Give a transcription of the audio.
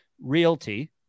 realty